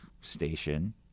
station